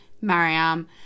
Mariam